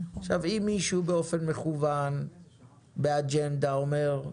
אם מישהו באופן מכוון באג'נדה אומר: